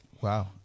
Wow